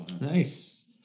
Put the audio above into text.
Nice